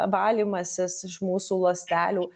valymasis iš mūsų ląstelių